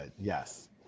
yes